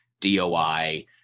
DOI